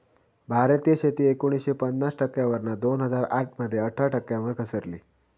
भारतीय शेती एकोणीसशे पन्नास टक्क्यांवरना दोन हजार आठ मध्ये अठरा टक्क्यांवर घसरली